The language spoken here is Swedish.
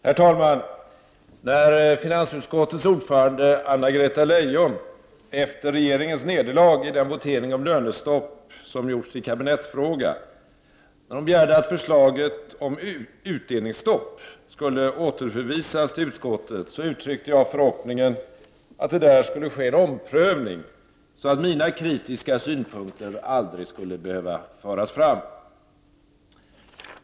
Herr talman! När finansutskottets ordförande Anna-Greta Leijon efter regeringens nederlag i den votering om lönestopp som gjorts till kabinettsfråga begärde att förslaget om utdelningsstopp skulle återförvisas till utskottet, uttryckte jag förhoppningen att det skulle ske en omprövning där så att mina kritiska synpunkter aldrig skulle behöva föras fram.